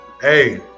Hey